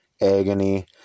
agony